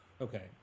Okay